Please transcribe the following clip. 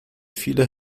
vieler